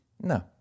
No